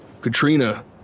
Katrina